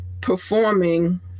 performing